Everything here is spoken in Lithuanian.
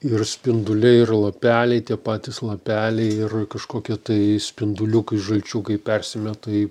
ir spinduliai ir lapeliai tie patys lapeliai ir kažkokie tai spinduliukai žalčiukai persimeta į